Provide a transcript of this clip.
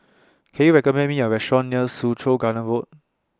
Can YOU recommend Me A Restaurant near Soo Chow Garden Road